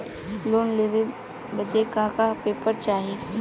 Loan लेवे बदे का का पेपर चाही?